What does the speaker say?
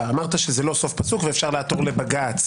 אמרת שזה לא סוף פסוק ואפשר לעתור לבג"ץ